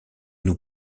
nous